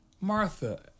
Martha